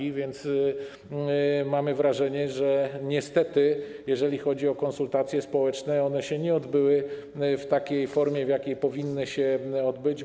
Mamy więc wrażenie, że niestety jeżeli chodzi o konsultacje społeczne, to one nie odbyły się w takiej formie, w jakiej powinny się odbyć.